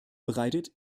bereitet